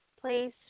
Please